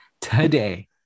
today